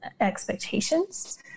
expectations